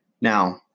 Now